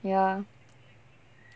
ya